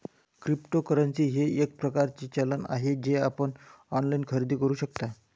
cryptocurrency हे एक प्रकारचे चलन आहे जे आपण ऑनलाइन खरेदी करू शकता